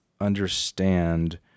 understand